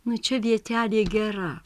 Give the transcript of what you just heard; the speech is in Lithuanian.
nu čia vietelė gera